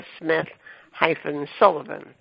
Smith-Sullivan